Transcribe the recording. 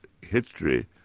history